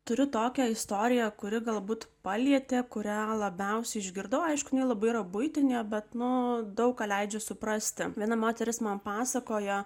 turiu tokią istoriją kuri galbūt palietė kurią labiausiai išgirdau aišku jinai yra labai buitinė bet nu daug ką leidžia suprasti viena moteris man pasakojo